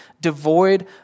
devoid